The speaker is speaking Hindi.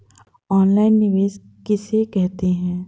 ऑनलाइन निवेश किसे कहते हैं?